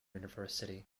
university